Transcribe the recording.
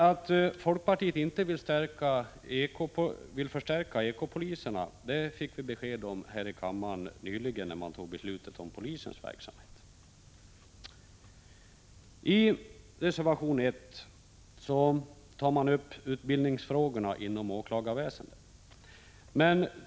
Att folkpartiet inte vill förstärka ekopoliserna fick vi besked om i det beslut om polisen som togs här i kammaren för en tid sedan. I reservation 1 tar man upp utbildningsfrågorna inom åklagarväsendet.